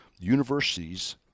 universities